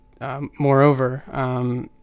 moreover